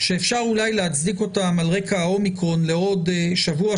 שאפשר אולי להצדיק אותם על רקע ה-אומיקרון לעוד שבוע,